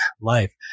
life